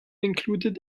included